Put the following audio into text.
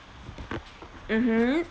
mmhmm